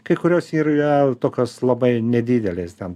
kai kurios yra tokios labai nedidelės ten